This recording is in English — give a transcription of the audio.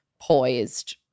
poised